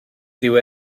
dyw